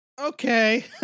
Okay